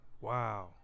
wow